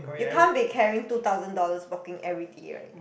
you can't be carrying two thousand dollars walking everyday right